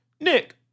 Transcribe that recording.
Nick